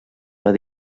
van